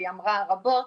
והיא אמרה רבות,